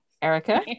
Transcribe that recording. Erica